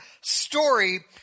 story